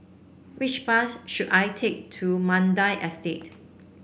which bus should I take to Mandai Estate